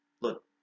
look